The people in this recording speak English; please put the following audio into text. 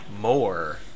more